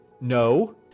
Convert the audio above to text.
No